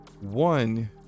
One